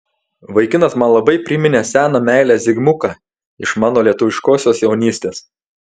vaikinas man labai priminė seną meilę zigmuką iš mano lietuviškosios jaunystės